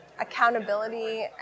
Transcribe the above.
accountability